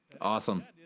Awesome